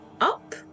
up